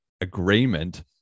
agreement